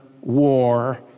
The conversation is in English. war